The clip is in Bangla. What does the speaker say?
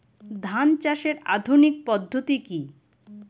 ধান চাষের আধুনিক পদ্ধতি কি?